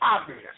Obvious